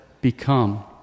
become